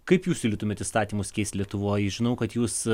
kaip jūs siūlytumėt įstatymus keist lietuvoj žinau kad jūs